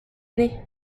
année